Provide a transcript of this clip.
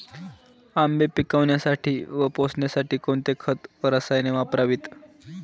आंबे पिकवण्यासाठी व पोसण्यासाठी कोणते खत व रसायने वापरावीत?